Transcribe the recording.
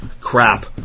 crap